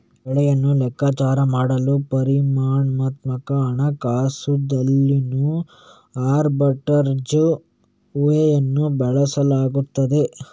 ಬೆಲೆಯನ್ನು ಲೆಕ್ಕಾಚಾರ ಮಾಡಲು ಪರಿಮಾಣಾತ್ಮಕ ಹಣಕಾಸುದಲ್ಲಿನೋ ಆರ್ಬಿಟ್ರೇಜ್ ಊಹೆಯನ್ನು ಬಳಸಲಾಗುತ್ತದೆ